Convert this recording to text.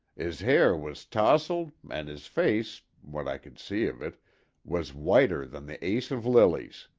is hair was towsled and his face what i could see of it was whiter than the ace of lilies.